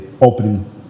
opening